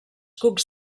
cucs